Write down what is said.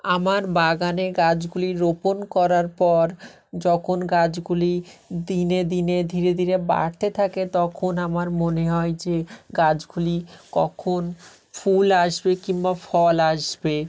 আমার বাগানে গাছগুলি রোপণ করার পর যখন গাছগুলি দিনে দিনে ধীরে ধীরে বাড়তে থাকে তখন আমার মনে হয় যে গাছগুলি কখন ফুল আসবে কিংবা ফল আসবে